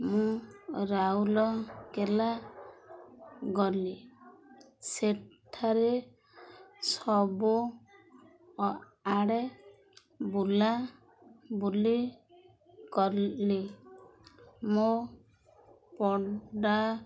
ମୁଁ ରାଉଲକେଲା ଗଲି ସେଠାରେ ସବୁ ଅ ଆଡ଼େ ବୁଲା ବୁଲି କଲି ମୋ ପଣ୍ଡା